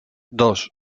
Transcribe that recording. dos